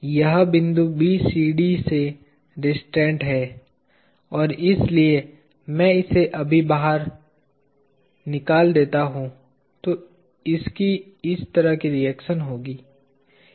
यह बिंदु BCD से रिस्ट्रैन्ट है और इसलिए मैं इसे अभी बहार निकाल देता हू तो इसकी इस तरह की रिएक्शन होगी